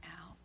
out